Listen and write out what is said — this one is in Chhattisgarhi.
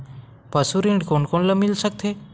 पशु ऋण कोन कोन ल मिल सकथे?